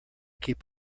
keep